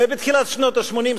בתחילת שנות ה-80,